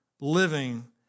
Living